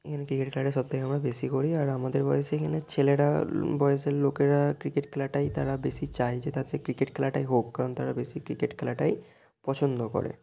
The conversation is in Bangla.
এখানে ক্রিকেট খেলাটাই সব থেকে আমরা বেশি করি আর আমাদের বয়েসে এখানের ছেলেরা বয়েসের লোকেরা ক্রিকেট খেলাটাই তারা বেশি চায় যে তা সে ক্রিকেট খেলাটাই হোক কারণ তারা বেশি ক্রিকেট খেলাটাই পছন্দ করে